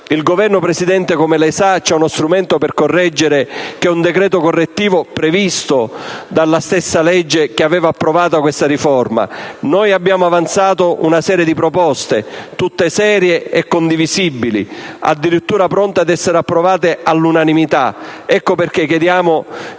Il Governo, Presidente, come lei sa, ha uno strumento per correggere. Si tratta di un decreto correttivo previsto dalla stessa legge che aveva approvato questa riforma. Noi abbiamo avanzato una serie di proposte, tutte serie e condivisibili, pronte addirittura ad essere approvate all'unanimità. Ecco perché chiediamo